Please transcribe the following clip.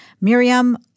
Miriam